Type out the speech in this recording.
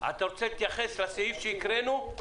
אתה רוצה להתייחס לסעיף שקראנו?